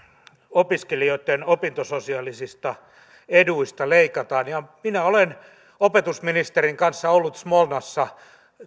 opiskelijoitten opintososiaalisista eduista leikataan minä olen opetusministerin kanssa ollut smolnassa